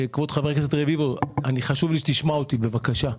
כבוד חבר הכנסת רביבו, חשוב לי שתשמע אותי בבקשה.